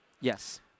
Yes